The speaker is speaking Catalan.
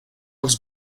els